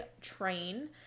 train